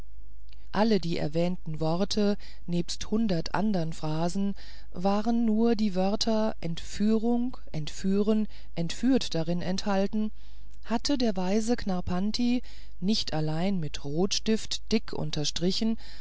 alle die erwähnten worte nebst hundert andern phrasen waren nur die wörter entführung entführen entführt darin enthalten hatte der weise knarrpanti nicht allein mit rotstift dick unterstrichen